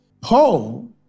Paul